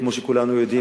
כמו שכולנו יודעים,